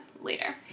later